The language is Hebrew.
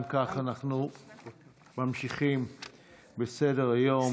אנחנו ממשיכים בסדר-היום,